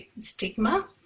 stigma